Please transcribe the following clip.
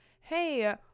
hey